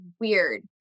weird